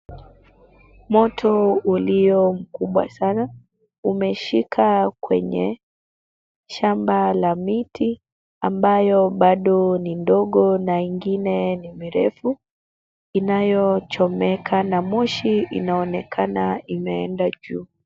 Moto ulio mkubwa sana, umeshika kwenye shamba la miti ambayo bado ni ndogo na ingine ni mirefu, inayochomeka na moshi inaonekana inaenda juu.